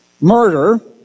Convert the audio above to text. Murder